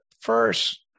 first